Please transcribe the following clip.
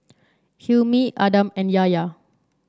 Hilmi Adam and Yahya